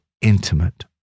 intimate